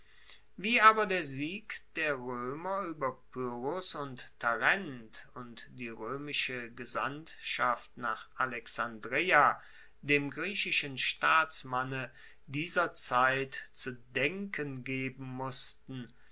wie aber der sieg der roemer ueber pyrrhos und tarent und die roemische gesandtschaft nach alexandreia dem griechischen staatsmanne dieser zeit zu denken geben mussten